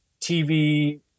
TV